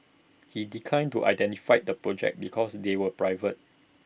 he declined to identify the projects because they were private